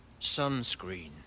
sunscreen